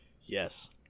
Yes